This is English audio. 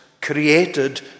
created